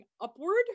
upward